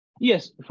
yes